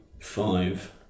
five